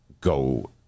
go